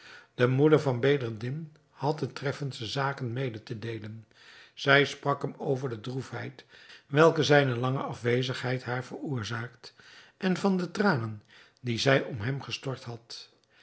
de moeder van bedreddin had de treffendste zaken mede te deelen zij sprak hem over de droefheid welke zijne lange afwezigheid haar veroorzaakt en van de tranen die zij om hem gestort had